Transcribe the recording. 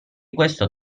questo